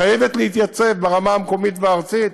חייבת להתייצב ברמה המקומית והארצית